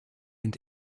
and